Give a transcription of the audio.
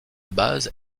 base